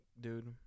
dude